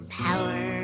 power